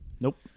Nope